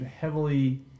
heavily